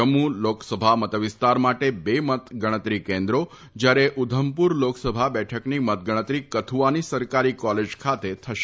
જમ્મુ લોકસભા મતવિસ્તાર માટે બે મતગણતરી કેન્દ્રો જયારે ઉધમપુર લોકસભા બેઠકની મતગણતરી કથ્રઆની સરકારી કોલેજ ખાતે યોજાશે